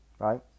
right